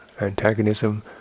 antagonism